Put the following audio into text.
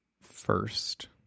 first